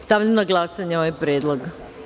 Stavljam na glasanje ovaj predlog.